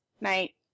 Night